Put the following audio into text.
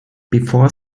before